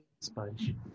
Sponge